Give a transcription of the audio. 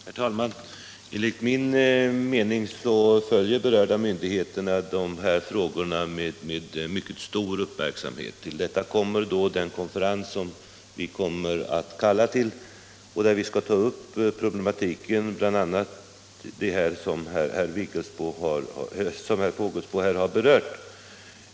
Herr talman! Enligt min mening följer berörda myndigheter dessa frågor med mycket stur uppmärksamhet. Till detta kommer den konferens som vi tänker kalla till och där vi skall ta upp bl.a. de problem herr Fågelsbo här har berört.